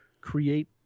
create